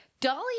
Dolly